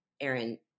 Aaron